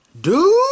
dude